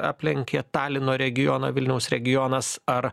aplenkė talino regioną vilniaus regionas ar